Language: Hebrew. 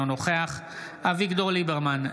אינו נוכח אביגדור ליברמן,